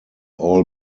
all